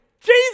Jesus